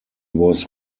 was